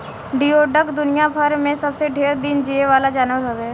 जियोडक दुनियाभर में सबसे ढेर दिन जीये वाला जानवर हवे